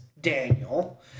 daniel